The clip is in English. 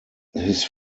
his